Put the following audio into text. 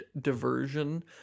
diversion